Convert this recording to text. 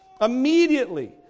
immediately